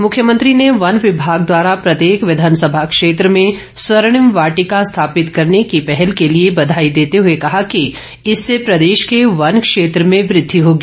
मुख्यमंत्री ने वन विभाग द्वारा प्रत्येक विधानसभा क्षेत्र में स्वर्णिम वाटिका स्थापित करने की पहल के लिए बधाई र्देते हुए कहा कि इससे प्रदेश के वन क्षेत्र में वृद्धि होगी